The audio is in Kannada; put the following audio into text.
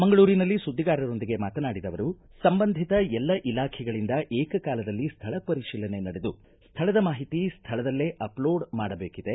ಮಂಗಳೂರಿನಲ್ಲಿ ಸುದ್ದಿಗಾರರೊಂದಿಗೆ ಮಾತನಾಡಿದ ಅವರು ಸಂಬಂಧಿತ ಎಲ್ಲ ಇಲಾಖೆಗಳಿಂದ ಏಕಕಾಲದಲ್ಲಿ ಸ್ಥಳ ಪರಿಶೀಲನೆ ನಡೆದು ಸ್ಥಳ ಮಾಹಿತಿ ಸ್ಥಳದಲ್ಲೇ ಅಪ್ರೋಡ್ ಮಾಡಬೇಕಿದೆ